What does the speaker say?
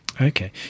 okay